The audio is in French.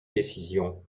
décisions